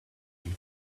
you